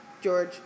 George